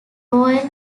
royal